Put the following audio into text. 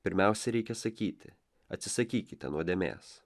pirmiausia reikia sakyti atsisakykite nuodėmės